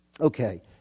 Okay